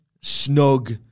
snug